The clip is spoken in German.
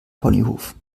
ponyhof